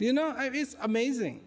you know it is amazing